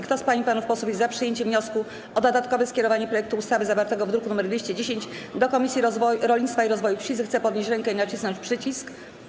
Kto z pań i panów posłów jest za przyjęciem wniosku o dodatkowe skierowanie projektu ustawy zawartego w druku nr 210 do Komisji Rolnictwa i Rozwoju Wsi, zechce podnieść rękę i nacisnąć przycisk.